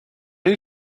you